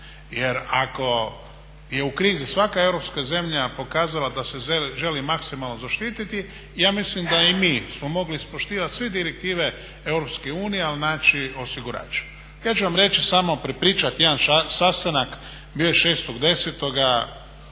Jer ako je u krizi svaka europska zemlja pokazala da se želi maksimalno zaštititi ja mislim da i mi smo mogli ispoštivati sve direktive Europske unije ali naći osigurač. Ja ću vam reći samo prepričati jedan sastanak bio je 6.10.